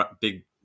big